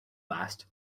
last